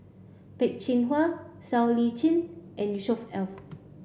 Peh Chin Hua Siow Lee Chin and Yusnor Ef